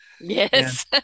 Yes